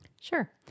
Sure